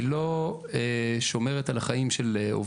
היא לא שומרת על חיי העובדים,